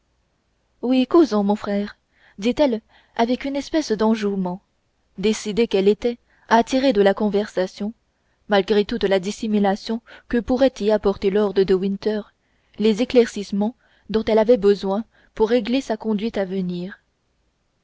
oui causons mon frère dit-elle avec une espèce d'enjouement décidée qu'elle était à tirer de la conversation malgré toute la dissimulation que pourrait y apporter lord de winter les éclaircissements dont elle avait besoin pour régler sa conduite à venir